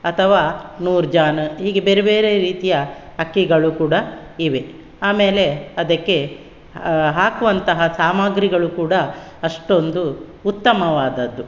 ಅಥವಾ ನೂರ್ಜಾನ ಹೀಗೆ ಬೇರೆ ಬೇರೆ ರೀತಿಯ ಅಕ್ಕಿಗಳು ಕೂಡ ಇವೆ ಆಮೇಲೆ ಅದಕ್ಕೆ ಹಾಕುವಂತಹ ಸಾಮಗ್ರಿಗಳು ಕೂಡ ಅಷ್ಟೊಂದು ಉತ್ತಮವಾದದ್ದು